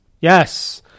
Yes